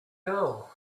girl